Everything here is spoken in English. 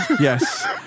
yes